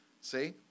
See